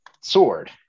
sword